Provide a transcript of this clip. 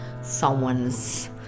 someone's